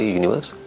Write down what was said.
universe